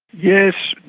yes.